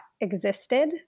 existed